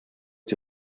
die